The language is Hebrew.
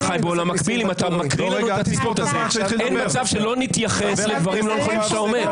אין מצב שלא נתייחס לדברים לא נכונים שאתה אומר.